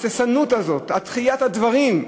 ההססנות הזאת, דחיית הדברים,